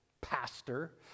Pastor